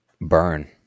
Burn